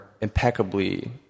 impeccably